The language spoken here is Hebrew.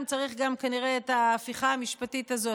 צריך כנראה גם את ההפיכה המשפטית הזאת,